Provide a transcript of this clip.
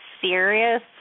serious